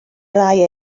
rai